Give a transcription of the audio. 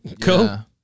Cool